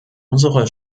unsere